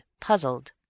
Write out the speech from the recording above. puzzled